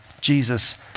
Jesus